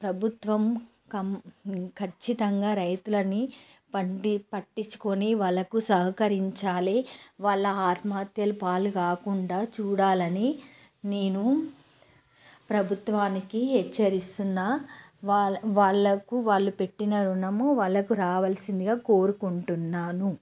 ప్రభుత్వం కం ఖచ్చితంగా రైతులని పండి పట్టించుకోని వాళ్ళకు సహకరించాలి వాళ్ళ ఆత్మహత్యలు పాలు కాకుండా చూడాలని నేను ప్రభుత్వానికి హెచ్చరిస్తున్న వాళ్ళ వాళ్ళకు వాళ్ళు పెట్టిన రుణము వాళ్ళకు రావాల్సిందిగా కోరుకుంటున్నాను